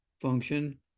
function